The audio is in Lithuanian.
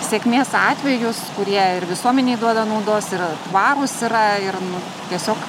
sėkmės atvejus kurie ir visuomenei duoda naudos ir tvarūs yra ir nu tiesiog